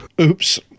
Oops